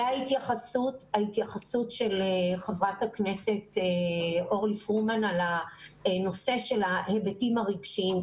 ההתייחסות של חבר הכנסת אורלי פרומן על הנושא של ההיבטים הרגשיים.